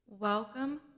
Welcome